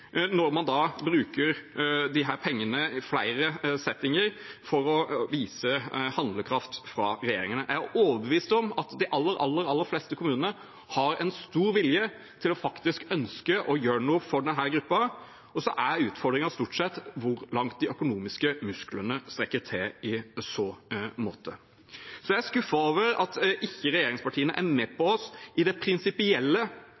når man bruker disse pengene i flere settinger for å vise handlekraft fra regjeringen. Jeg er overbevist om at de aller, aller fleste kommunene har en stor vilje til og et ønske om å gjøre noe for denne gruppen, og så er utfordringen stort sett hvor langt de økonomiske musklene strekker til i så måte. Så jeg er skuffet over at ikke regjeringspartiene er med